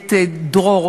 ב"בית דרור"